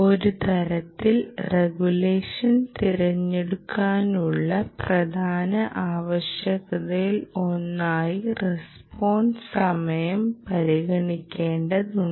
ഒരു തരത്തിലുള്ള റഗുലേഷൻ തിരഞ്ഞെടുക്കുന്നതിനുള്ള പ്രധാന ആവശ്യകതകളിലൊന്നായി റസ്പോൺസ് സമയം പരിഗണിക്കേണ്ടതുണ്ട്